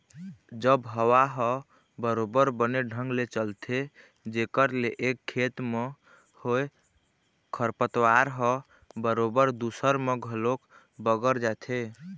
जब हवा ह बरोबर बने ढंग ले चलथे जेखर ले एक खेत म होय खरपतवार ह बरोबर दूसर म घलोक बगर जाथे